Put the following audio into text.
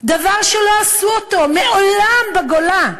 דבר שלא עשו אותו מעולם בגולה?